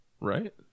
right